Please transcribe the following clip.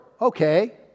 Okay